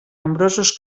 nombrosos